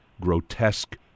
grotesque